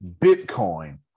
Bitcoin